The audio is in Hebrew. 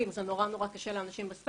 משרד התרבות והספורט,